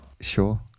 Sure